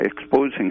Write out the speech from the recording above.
exposing